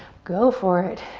go for it.